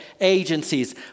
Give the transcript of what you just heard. agencies